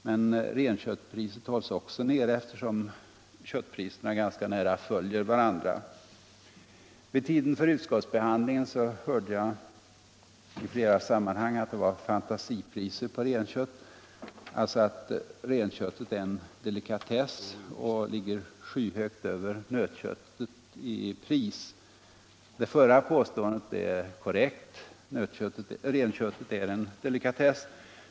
Men renköttspriset hålls också nere, eftersom köttpriserna ganska nära följer varandra. Vid tiden för utskottsbehandlingen hörde jag i flera sammanhang att det var fantasipriser på renkött —- alltså att renköttet är en delikatess och ligger skyhögt över nötköttet i pris. Det förra påståendet är korrekt, alltså att renkött är en delikatess.